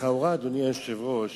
לכאורה, אדוני היושב-ראש,